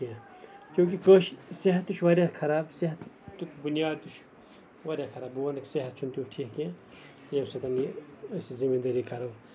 کیوں کہِ کٲشِر صحت تہِ چھُ واریاہ خراب صحتُک بُنیاد تہِ چھُ واریاہ خراب بہٕ وَننہٕ صحت چھُ تیُتھ ٹھیٖک کیٚنہہ ییٚمہِ سۭتۍ یہِ أسۍ زٔمین دٲری کرو